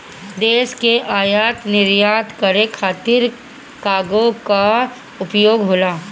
देश से आयात निर्यात करे खातिर कार्गो कअ उपयोग होला